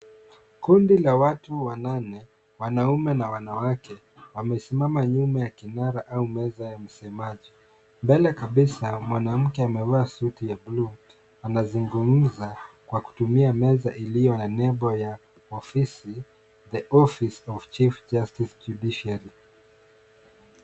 Kundi la watu wanane. Wanaume na wanawake wamesimama nyuma ya kingara ama meza ya msemaji. Mbele kabisa mwanamke amevaa suti ya buluu anazungumza kwa kutumia meza iliyo na nembo ya ofisi, the office of the chief justice judiciary.